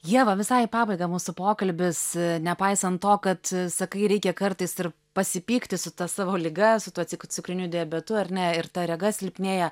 ieva visai į pabaigą mūsų pokalbis nepaisant to kad sakai reikia kartais ir pasipykti su ta savo liga su tuo cik cukriniu diabetu ar ne ir ta rega silpnėja